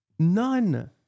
None